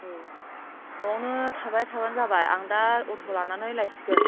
औ न'आवनो थाबाय थाबानो जाबाय आं दा अथ' लानानै लायसिगोन